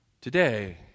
today